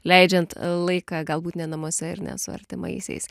leidžiant laiką galbūt ne namuose ir ne su artimaisiais